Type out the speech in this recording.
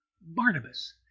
Barnabas